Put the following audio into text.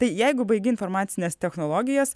tai jeigu baigi informacines technologijas